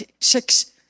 six